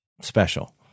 special